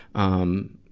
um,